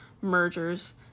Merger's